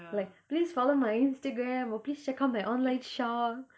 like please follow my instagram or please check out my online shop